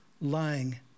lying